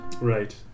Right